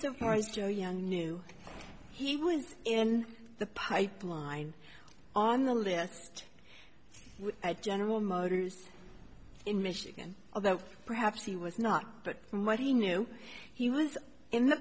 employees joe young knew he was in the pipeline on the list at general motors in michigan although perhaps he was not but from what he knew he was in the